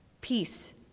Peace